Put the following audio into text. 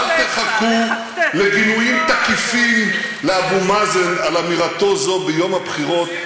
אל תחכו לגינויים תקיפים לאבו מאזן על אמירתו זו ביום הבחירות,